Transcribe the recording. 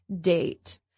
date